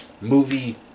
movie